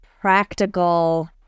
practical